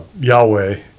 yahweh